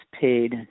paid